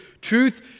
Truth